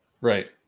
Right